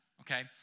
okay